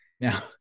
Now